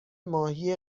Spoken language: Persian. ماهی